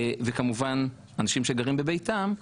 וכמובן אנשים שגרים בביתם,